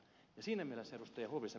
siinä mielessä ed